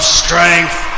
strength